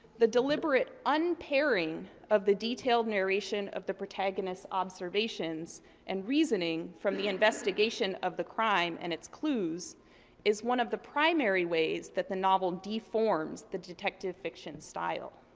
the deliberate unpairing of the detailed narration of the protagonist's observations and reasoning from the investigation of the crime and its clues is one of the primary ways that the novel deforms the detective fiction style.